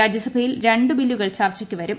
രാജ്യസഭയിൽ രണ്ട് ്ബില്ലുകൾ ചർച്ചക്ക് വരും